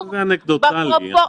זה אנקדוטלי.